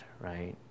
right